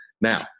Now